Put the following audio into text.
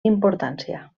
importància